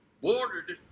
bordered